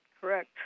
Correct